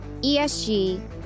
ESG